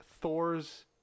Thor's